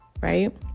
right